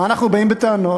מה אנחנו באים בטענות?